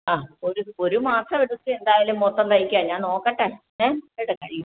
ആ ഒരു ഒരു മാസം എടുക്കും എന്തായാലും മൊത്തം തയ്ക്കാൻ ഞാൻ നോക്കട്ടെ